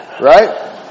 right